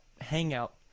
hangout